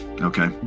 okay